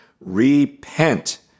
Repent